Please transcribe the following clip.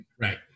right